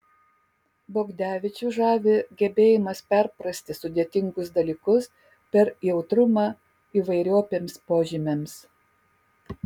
bogdevičių žavi gebėjimas perprasti sudėtingus dalykus per jautrumą įvairiopiems požymiams